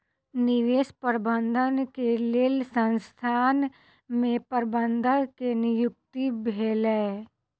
निवेश प्रबंधन के लेल संसथान में प्रबंधक के नियुक्ति भेलै